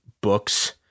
books